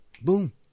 boom